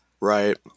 right